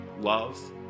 Love